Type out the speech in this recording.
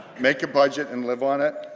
make a budget and live on it.